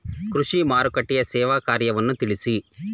ಕೃಷಿ ಮಾರುಕಟ್ಟೆಯ ಸೇವಾ ಕಾರ್ಯವನ್ನು ತಿಳಿಸಿ?